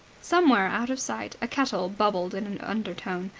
somewhere out of sight a kettle bubbled in an undertone,